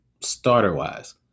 starter-wise